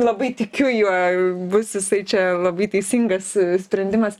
labai tikiu juo bus jisai čia labai teisingas sprendimas